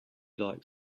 like